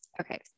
Okay